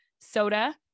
soda